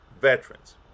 veterans